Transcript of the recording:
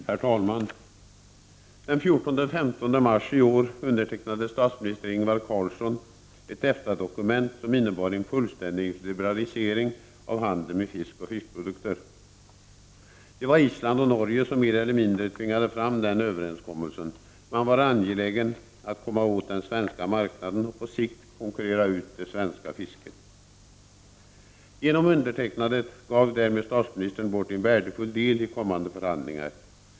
Herr talman! Den 14-15 mars i år undertecknade statsminister Ingvar Carlsson ett EFTA-dokument som innebar en fullständig liberalisering av handeln med fisk och fiskprodukter. Det var Island och Norge som mer eller mindre tvingade fram den överenskommelsen. Man var angelägen att komma åt den svenska marknaden och på sikt konkurrera ut det svenska fisket. Genom undertecknandet gav statsministern därmed bort en värdefull del inför kommande förhandlingar.